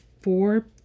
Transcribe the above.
four